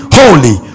holy